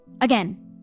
Again